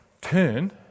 Turn